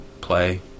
play